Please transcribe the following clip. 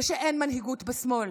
שאין מנהיגות בשמאל.